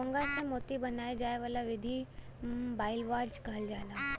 घोंघा से मोती बनाये जाए वाला विधि के बाइवाल्वज कहल जाला